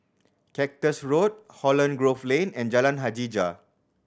Cactus Road Holland Grove Lane and Jalan Hajijah